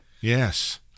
Yes